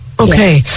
Okay